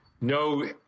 no